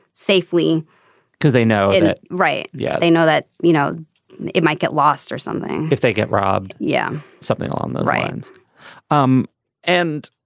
safely because they know it it right. yeah they know that you know it might get lost or something if they get robbed. yeah something along the lines and um and